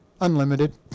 Unlimited